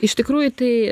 iš tikrųjų tai